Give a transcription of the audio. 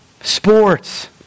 sports